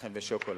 הלחם ושוקולד.